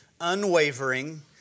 unwavering